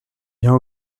bien